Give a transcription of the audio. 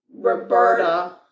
Roberta